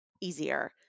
easier